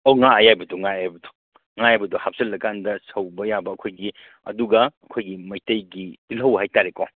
ꯑꯣ ꯉꯥ ꯑꯌꯥꯏꯕꯗꯣ ꯉꯥ ꯑꯌꯥꯏꯕꯗꯣ ꯉꯥ ꯑꯌꯥꯏꯕꯗꯣ ꯍꯥꯞꯆꯜꯂ ꯀꯥꯟꯗ ꯁꯧꯕ ꯌꯥꯕ ꯑꯩꯈꯣꯏꯒꯤ ꯑꯗꯨꯒ ꯑꯩꯈꯣꯏꯒꯤ ꯃꯩꯇꯩꯒꯤ ꯇꯤꯜꯍꯧ ꯍꯥꯏ ꯇꯥꯔꯦꯀꯣ